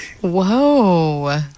Whoa